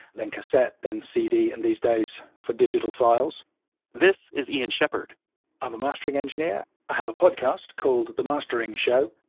then cassette, then cd, and these days for digital files this is ian shepherd i'm a mastering engineer. i have a podcast called the mastering show,